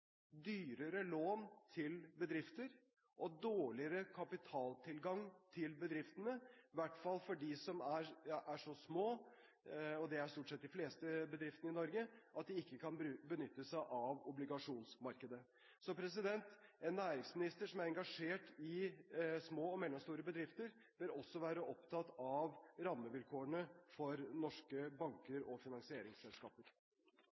dyrere lån til bedrifter og dårligere kapitaltilgang til bedriftene, i hvert fall for de som er så små – og det er de fleste bedriftene i Norge – at de ikke kan benytte seg av obligasjonsmarkedet. En næringsminister som er engasjert i små og mellomstore bedrifter, bør også være opptatt av rammevilkårene for norske banker